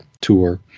tour